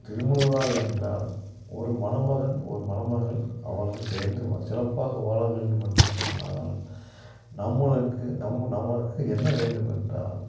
திருமண விழா என்றால் ஒரு மணமகன் ஒரு மணமகள் அவர்கள் சேர்ந்து சிறப்பாக வாழ வேண்டும் என்று சொன்னால் நம்மளுக்கு நமக்கு என்ன வேண்டும் என்றால்